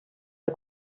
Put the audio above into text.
der